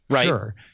sure